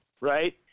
right